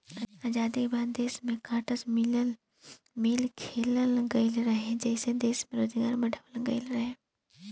आजादी के बाद देश में ढेरे कार्टन मिल खोलल गईल रहे, जेइसे दश में रोजगार बढ़ावाल गईल रहे